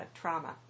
trauma